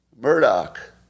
Murdoch